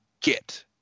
get